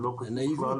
זה לא קשור בכלל